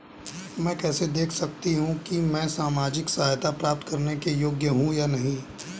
मैं कैसे देख सकती हूँ कि मैं सामाजिक सहायता प्राप्त करने के योग्य हूँ या नहीं?